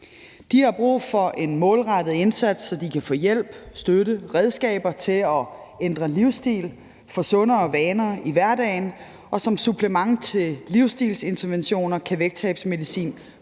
De har brug for en målrettet indsats, så de kan få hjælp, støtte og redskaber til at ændre livsstil og få sundere vaner i hverdagen, og som supplement til livsstilsinterventioner kan vægttabsmedicin